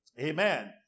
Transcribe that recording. Amen